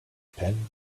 pen